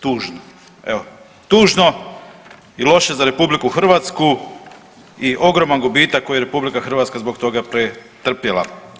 Tužno, evo tužno i loše za RH i ogroman gubitak koji je RH zbog toga pretrpjela.